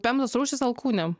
pemzos rūšis alkūnėm